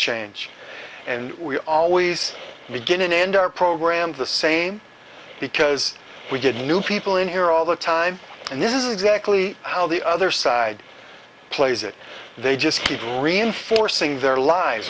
change and we always begin and end our program the same because we get new people in here all the time and this is exactly how the other side plays it they just keep reinforcing their lies